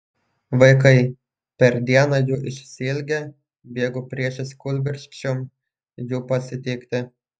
vaikai per dieną jų išsiilgę bėgo priešais kūlvirsčiom jų pasitikti